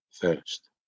first